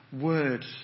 words